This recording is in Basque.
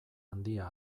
handia